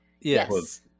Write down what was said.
Yes